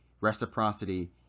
reciprocity